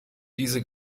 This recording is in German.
diese